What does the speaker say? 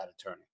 attorney